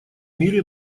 мире